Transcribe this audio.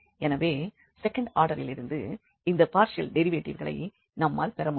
எனவே செகண்ட் ஆடரிலிருந்து இந்த பார்ஷியல் டெரிவேட்டிவ்களை நம்மால் பெற முடியும்